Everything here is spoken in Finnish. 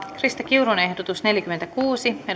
krista kiurun ehdotus neljäkymmentäkuusi